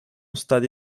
stati